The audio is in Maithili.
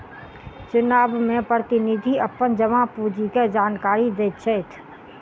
चुनाव में प्रतिनिधि अपन जमा पूंजी के जानकारी दैत छैथ